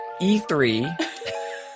E3